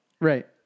right